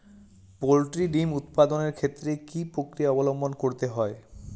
Poultry ডিম উৎপাদনের ক্ষেত্রে কি পক্রিয়া অবলম্বন করতে হয়?